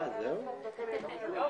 הישיבה ננעלה בשעה 13:55.